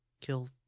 Kill